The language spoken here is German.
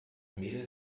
mädel